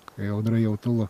kai audra jau tilo